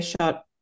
shot